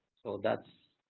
so that's,